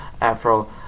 Afro